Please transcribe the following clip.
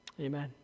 Amen